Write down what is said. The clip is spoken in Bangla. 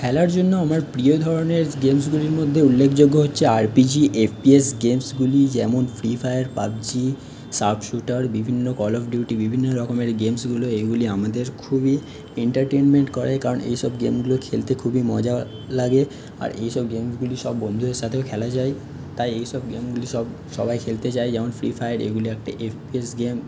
খেলার জন্য আমার প্রিয় ধরনের গেমসগুলির মধ্যে উল্লেখযোগ্য হচ্ছে R P G F P S গেমসগুলি যেমন free fire PUBG sub shooter বিভিন্ন কল অফ ডিউটি বিভিন্ন রকমের গেমসগুলি এগুলি আমারদের খুবই এন্টারটেনমেন্ট করে কারণ এই সব গেমগুলো খেলতে খুবই মজা লাগে আর এই সব গেমগুলি সব বন্ধুদের সাথেও খেলা যায় তাই এই সব গেমগুলি সবাই খেলতে চায় যেমন ফ্রি ফায়ার এগুলি একটা এফ পি এস গেম